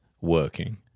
working